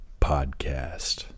Podcast